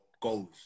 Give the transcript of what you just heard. goals